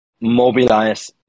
mobilize